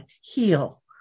heal